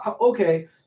Okay